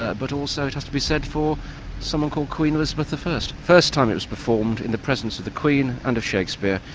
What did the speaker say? ah but also, it has to be said, for someone called queen elizabeth i. the first first time it was performed in the presence of the queen under shakespeare,